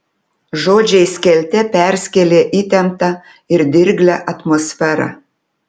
žodžiai skelte perskėlė įtemptą ir dirglią atmosferą